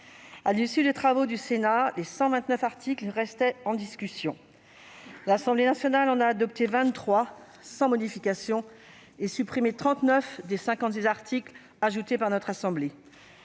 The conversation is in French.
À l'issue des travaux du Sénat, 129 articles restaient en discussion. L'Assemblée nationale en a adopté 23 sans modification ; elle a supprimé 39 des 56 articles ajoutés par notre assemblée.